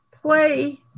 play